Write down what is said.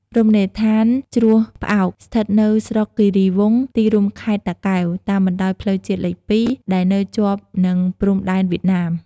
រមណីយដ្ឋានជ្រោះផ្អោក ស្ថិតនៅស្រុកគិរីវង្ស ទីរួមខេត្តតាកែវ តាមបណ្តោយផ្លូវជាតិលេខ២ ដែលនៅជាប់នឹងព្រំដែនវៀតណាម។